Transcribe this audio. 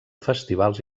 festivals